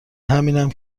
همینم